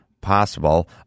possible